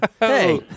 Hey